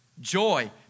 joy